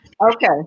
Okay